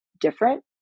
different